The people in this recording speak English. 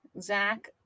Zach